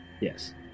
Yes